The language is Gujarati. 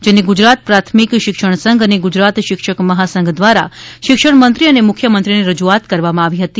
જેને ગુજરાત પ્રાથમિક શિક્ષણ સંધ અને ગુજરાત શિક્ષક મહાસંધ દ્વારા શિક્ષણ મંત્રી અને મુખ્યમંત્રીને રજૂઆત કરવામાં આવી હતી